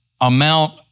amount